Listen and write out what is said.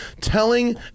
telling